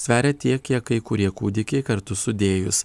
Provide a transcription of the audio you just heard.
sveria tiek kiek kai kurie kūdikiai kartu sudėjus